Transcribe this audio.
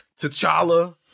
T'Challa